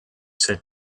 said